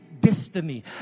destiny